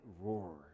roar